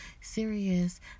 serious